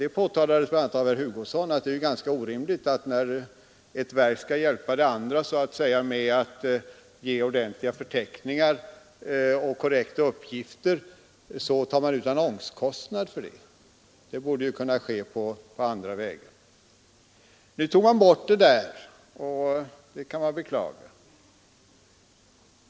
a. herr Hugosson påtalade att det är en orimlig ordning att ett verk som så att säga skall hjälpa ett annat verk med att ge korrekta uppgifter tar ut annonskostnad för det. Det borde kunna ske på annat sätt. Den postnummerförteckningen togs bort, och det kan man beklaga.